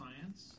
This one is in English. Science